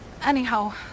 Anyhow